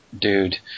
dude